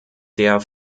der